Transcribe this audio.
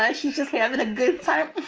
and she's just having a good time.